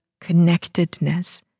connectedness